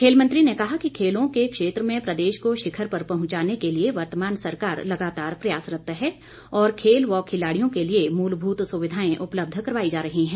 खेल मंत्री ने कहा कि खेलों के क्षेत्र में प्रदेश को शिखर पर पहुंचाने के लिए वर्तमान सरकार लगातार प्रयासरत है और खेल व खिलाड़ियों के लिए मूलभूत सुविधाएं उपलब्ध करवाई जा रही हैं